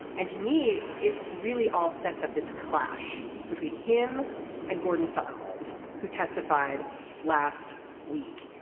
and to me it really all sets up this clash between him and gordon sunland who testified last week.